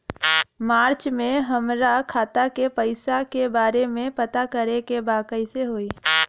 मार्च में हमरा खाता के पैसा के बारे में पता करे के बा कइसे होई?